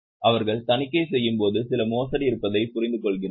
அவர்கள் தணிக்கை செய்யும்போது சில மோசடி இருப்பதை அவர்கள் புரிந்துகொள்கிறார்கள்